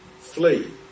flee